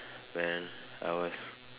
when I was